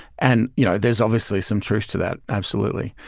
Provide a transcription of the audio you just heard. and you know there's obviously some truth to that, absolutely,